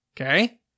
Okay